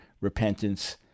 repentance